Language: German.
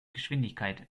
geschwindigkeit